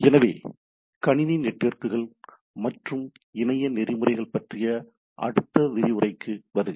எனவே கணினி நெட்வொர்க்குகள் மற்றும் இணைய நெறிமுறைகள் பற்றிய அடுத்த விரிவுரைக்கு வருக